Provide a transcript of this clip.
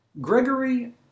Gregory